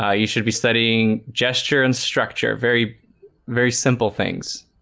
ah you should be studying gesture and structure very very simple things